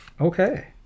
Okay